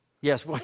Yes